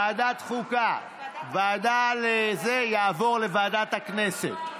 ועדת חוקה, הוא יעבור לוועדת הכנסת.